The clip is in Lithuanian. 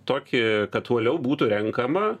tokį kad uoliau būtų renkama